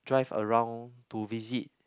drive around to visit